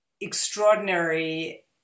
extraordinary